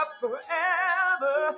forever